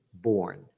born